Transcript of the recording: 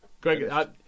Greg